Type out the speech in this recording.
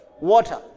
water